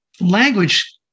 language